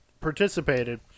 participated